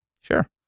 Sure